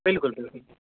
بالکل بالکل